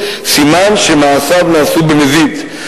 סימן שמעשיו נעשו במזיד,